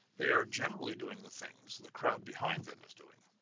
they are generally doing the things the crowd behind them is doing,